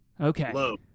Okay